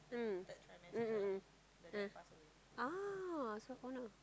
mm mm mm mm ah oh so for now